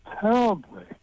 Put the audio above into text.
terribly